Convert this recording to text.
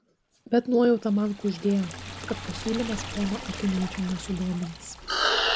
bet nuojauta man kuždėjo kad pasiūlymas pono akiniuočio nesudomins